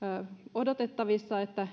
odotettavissa että